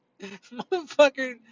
Motherfucker